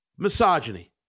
misogyny